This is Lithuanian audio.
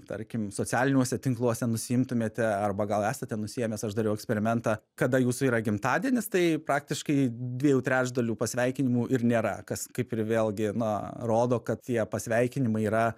tarkim socialiniuose tinkluose nusiimtumėte arba gal esate nusiėmęs aš dariau eksperimentą kada jūsų yra gimtadienis tai praktiškai dviejų trečdalių pasveikinimų ir nėra kas kaip ir vėlgi na rodo kad tie pasveikinimai yra